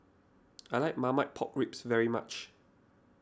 I like Marmite Pork Ribs very much